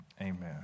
Amen